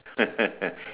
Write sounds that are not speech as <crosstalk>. <laughs>